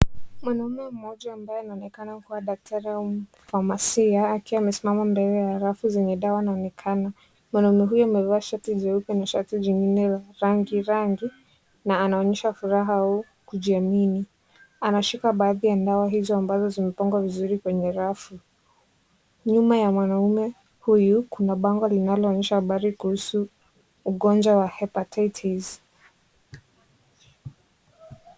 Mwanaume mmoja ambaye anaonekana kuwa daktari au mfamasia akiwa amesimama mbele ya rafu zenye dawa anaonekana . Mwanaume huyu amevaa shati jeupe na shati jingine la rangi rangi na anonyesha furaha au kujiamini . Anashika baadhi ya dawa hizo ambazo zimepangwa vizuri kwenye rafu . Nyuma ya mwanaume huyu kuna bango linaloonyesha habari kuhusu ugonjwa wa hepatitis .